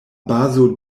bazo